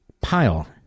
pile